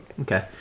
Okay